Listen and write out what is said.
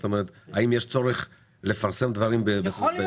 זאת אומרת, האם יש צורך לפרסם דברים ביידיש?